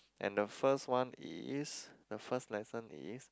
and the first one is the first lesson is